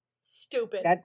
Stupid